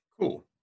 Cool